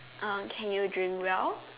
uh can you drink well